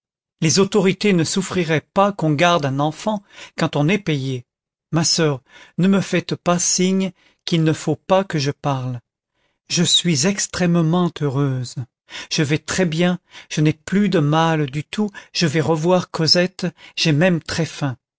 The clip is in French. les autorités ne souffriraient pas qu'on garde un enfant quand on est payé ma soeur ne me faites pas signe qu'il ne faut pas que je parle je suis extrêmement heureuse je vais très bien je n'ai plus de mal du tout je vais revoir cosette j'ai même très faim